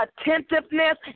attentiveness